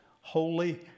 holy